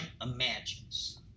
imagines